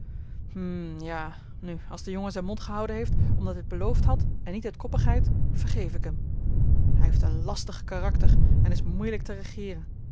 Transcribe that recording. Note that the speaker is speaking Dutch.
ja nu als de jongen zijn mond gehouden heeft omdat hij het beloofd had en niet uit koppigheid vergeef ik hem hij heeft een lastig karakter en is moeilijk te regeeren